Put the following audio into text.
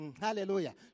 Hallelujah